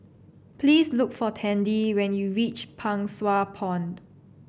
please look for Tandy when you reach Pang Sua Pond